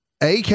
AK